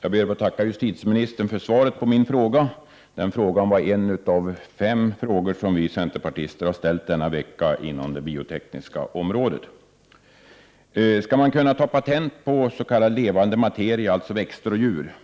Jag ber att få tacka justitieministern för svaret på min fråga. Den frågan var en av fem frågor som vi centerpartister har ställt denna vecka inom det biotekniska området. Skall man kunna ta patent på s.k. levande materia, alltså växter och djur?